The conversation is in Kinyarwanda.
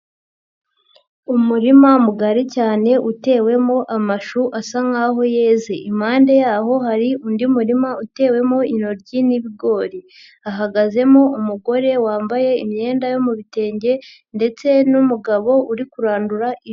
Umurima mugari cyane utewemo amashu asa nk'aho yeze, impande yaho hari undi murima utewemo intoryi n'ibigori, hahagazemo umugore wambaye imyenda yo mu bitenge ndetse n'umugabo uri kurandura ifu.